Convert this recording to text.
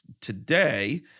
today